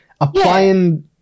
applying